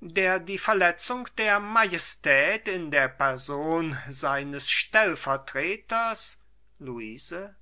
der die verletzung der majestät in der person seines stellvertreters luise